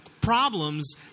problems